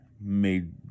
made